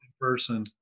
person